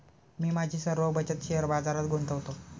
मी माझी सर्व बचत शेअर बाजारात गुंतवतो